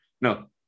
No